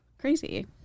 Crazy